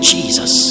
Jesus